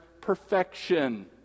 perfection